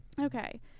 Okay